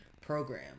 program